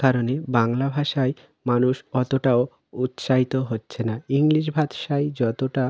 কারণে বাংলা ভাষায় মানুষ অতটাও উৎসাহিত হচ্ছে না ইংলিশ ভাষায় যতটা